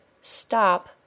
stop